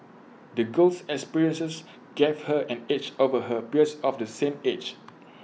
the girl's experiences gave her an edge over her peers of the same age